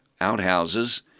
outhouses